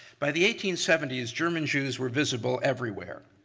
by the eighteen seventy s, german jews were visible everywhere.